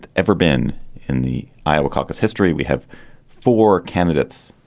ever been in the iowa caucus history. we have four candidates,